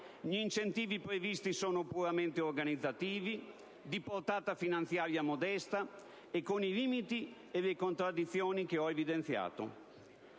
gli incentivi previsti sono puramente organizzativi, di portata finanziaria modesta, e con i limiti e le contraddizioni che ho evidenziato.